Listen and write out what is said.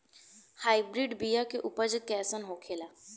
Hybrid बीया के उपज कैसन होखे ला?